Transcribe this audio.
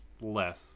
less